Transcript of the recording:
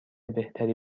بهتری